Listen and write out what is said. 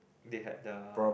they had the